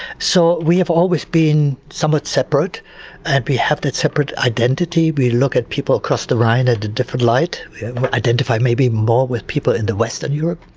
so, we have always been somewhat separate and we have that separate identity. we look at people across the rhine in a different light. we identify maybe more with people in the western europe.